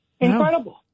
Incredible